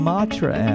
Matra